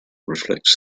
reflect